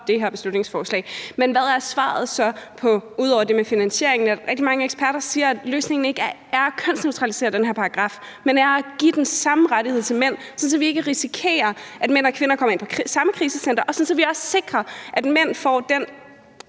det her beslutningsforslag. Men hvad er svaret så på, ud over det med finansieringen, at rigtig mange eksperter siger, at løsningen ikke er at kønsneutralisere den her paragraf, men er at give den samme rettighed til mænd, sådan at vi ikke risikerer, at mænd og kvinder kommer ind på samme krisecenter, og sådan at vi også sikrer, at mænd får den